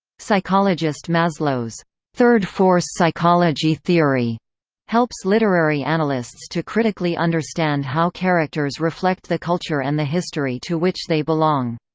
psychologist maslow's third force psychology theory helps literary analysts to critically understand how characters reflect the culture and the history to which they belong.